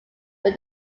were